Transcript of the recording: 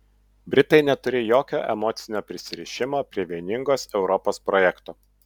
britai neturi jokio emocinio prisirišimo prie vieningos europos projekto